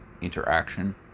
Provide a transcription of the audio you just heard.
interaction